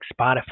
Spotify